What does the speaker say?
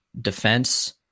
defense